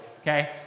Okay